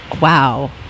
wow